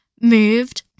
moved